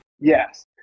Yes